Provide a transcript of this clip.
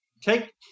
Take